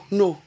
no